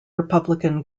republican